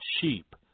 sheep